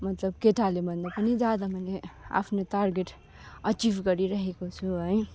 मतलब केटाहरूले भन्दा पनि ज्यादा मैले आफ्नो तार्गेट अचिभ गरिरहेको छु है